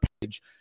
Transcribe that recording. page